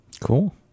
Cool